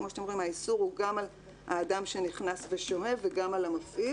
כמו שאתם רואים האיסור הוא גם על האדם שנכנס ושוהה וגם על המפעיל,